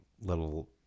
little